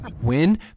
win